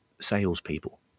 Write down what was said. salespeople